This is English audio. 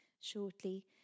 shortly